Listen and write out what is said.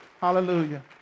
Hallelujah